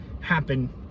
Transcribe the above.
happen